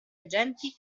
agenti